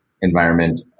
environment